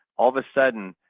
all of a sudden,